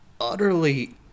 utterly